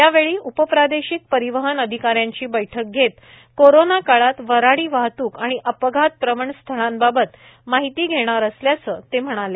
यावेळी उपप्रादेशिक परिवहन अधिकाऱ्यांची बैठक घेत कोरोना काळात व हाडी वाहतूक आणि अपघातप्रवण स्थळांबाबत माहिती घेणार असल्याचे ते म्हणाले